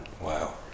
Wow